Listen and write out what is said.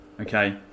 Okay